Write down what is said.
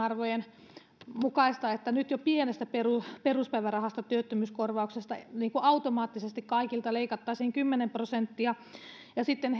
arvojen mukaista että jo nyt pienestä peruspäivärahasta työttömyyskorvauksesta automaattisesti kaikilta leikattaisiin kymmenen prosenttia ja sitten